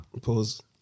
Pause